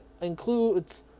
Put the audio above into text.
includes